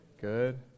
Good